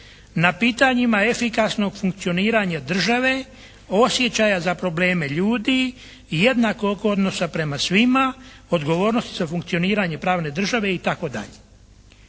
na pitanjima efikasnog funkcioniranja države, osjećaja za probleme ljudi i jednakog odnosa prema svima, odgovornosti za funkcioniranje pravne države itd.